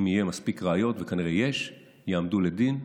אם יהיו מספיק ראיות, וכנראה יש, הם יעמדו לדין,